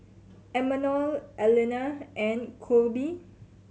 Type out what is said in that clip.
Imanol Aleena and Colby